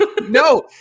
No